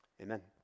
Amen